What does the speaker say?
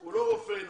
הוא לא רופא עיניים.